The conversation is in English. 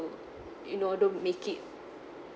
to you know don't make it